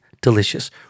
delicious